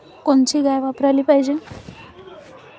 कोनची गाय वापराली पाहिजे?